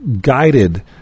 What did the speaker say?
guided